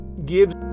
gives